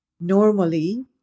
normally